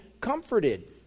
comforted